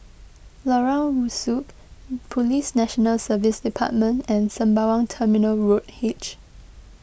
Lorong Rusuk Police National Service Department and Sembawang Terminal Road H